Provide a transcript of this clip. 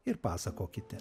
ir pasakokite